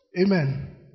amen